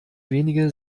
wenige